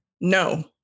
no